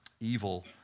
evil